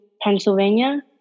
Pennsylvania